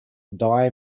die